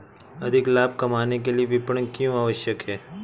अधिक लाभ कमाने के लिए विपणन क्यो आवश्यक है?